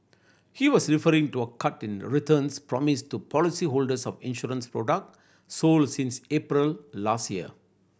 he was referring to a cut in returns promised to policy holders of insurance product sold since April last year